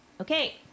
Okay